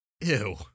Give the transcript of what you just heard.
Ew